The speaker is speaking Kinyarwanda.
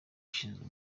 ushinzwe